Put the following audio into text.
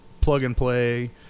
plug-and-play